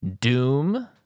Doom